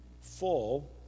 full